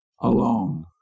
alone